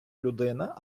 людина